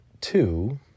two